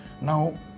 Now